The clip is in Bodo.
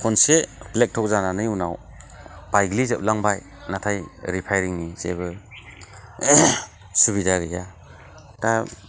खनसे ब्लेक टप जानानै उनाव बायग्लिजोबलांबाय नाथाय रिपाइरिंनि जेबो सुबिदा गैया दा